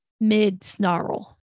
mid-snarl